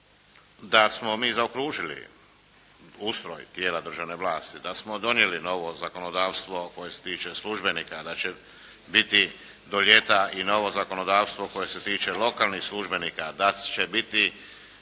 da smo mi zaokružili ustroj tijela državne vlasti, da smo donijeli novo zakonodavstvo koje se tiče službenika. Da će biti do ljeta i novo zakonodavstvo koje se tiče lokalnih službenika. Da će biti